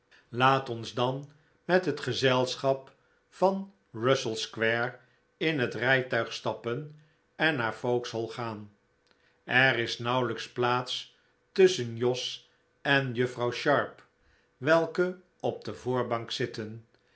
laat ons dan met het gezelschap van russell square in het rijtuig stappen en naar vauxhall gaan er is nauwelijks plaats tusschen jos en juffrouw sharp welke op de voorbank zitten